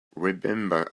remember